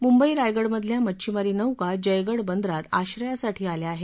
मुंबई रायगडमधल्या मच्छीमारी नौका जयगड बंदरात आश्रयासाठी आल्या आहेत